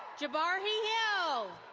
jabarhi hill.